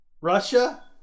Russia